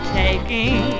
taking